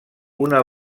una